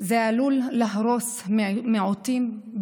זה עלול להרוס מיעוטים,